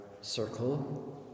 circle